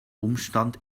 umstand